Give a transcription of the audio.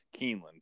Keeneland